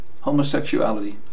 homosexuality